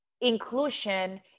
inclusion